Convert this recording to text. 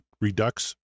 redux